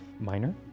minor